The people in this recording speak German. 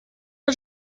ein